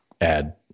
add